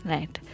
Right